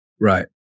Right